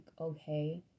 okay